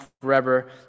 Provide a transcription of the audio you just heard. forever